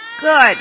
Good